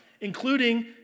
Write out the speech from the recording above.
including